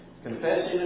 Confessing